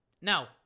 Now